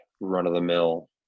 run-of-the-mill